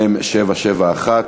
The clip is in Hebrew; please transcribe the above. מ/771.